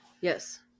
yes